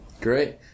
Great